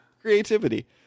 creativity